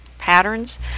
patterns